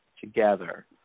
together